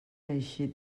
eixit